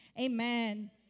Amen